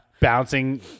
bouncing